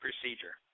procedure